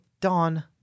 Dawn